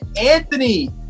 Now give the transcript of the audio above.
Anthony